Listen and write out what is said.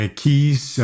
keys